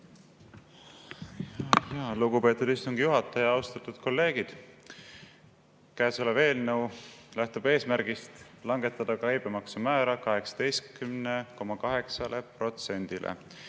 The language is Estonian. Lugupeetud istungi juhataja! Austatud kolleegid! Käesolev eelnõu lähtub eesmärgist langetada käibemaksumäär 18,8%‑le.